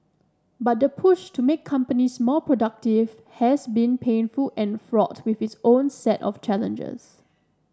but the push to make companies more productive has been painful and fraught with its own set of challenges